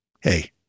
hey